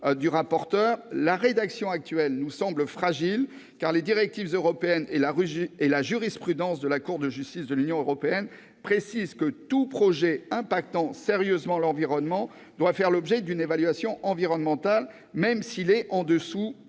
du rapporteur : la rédaction actuelle nous semble fragile, car les directives européennes et la jurisprudence de la Cour de justice de l'Union européenne précisent que tout projet impactant sérieusement l'environnement doit faire l'objet d'une évaluation environnementale, même s'il est en dessous